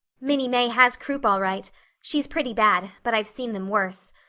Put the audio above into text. minnie may has croup all right she's pretty bad, but i've seen them worse.